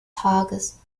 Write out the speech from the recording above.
tages